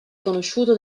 conosciuto